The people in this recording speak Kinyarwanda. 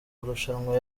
marushanwa